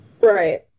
Right